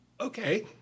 Okay